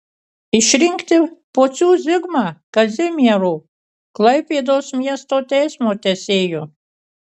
išrinkti pocių zigmą kazimiero klaipėdos miesto teismo teisėju